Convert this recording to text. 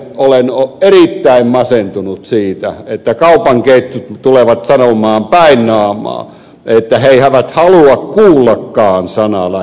olen erittäin masentunut siitä että kaupan ketjut tulevat sanomaan päin naamaa että he eivät halua kuullakaan sanaa lähiruoka